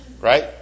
Right